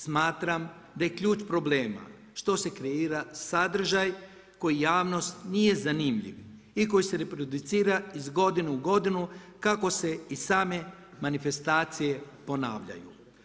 Smatram da je ključ problema što se kreira sadržaj koji javnosti nije zanimljiv i koji se reproducira iz godine u godinu kako se i same manifestacije ponavljaju.